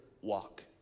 walk